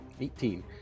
Eighteen